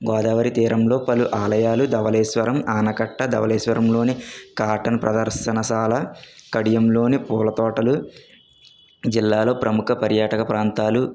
గోదావరి తీరంలో పలు ఆలయాలు ధవళేశ్వరం ఆనకట్ట ధవళేశ్వరంలోని కాటన్ ప్రదర్శనశాల కడియంలోని పూల తోటలు జిల్లాలో ప్రముఖ పర్యాటక ప్రాంతాలు